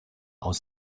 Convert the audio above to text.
aus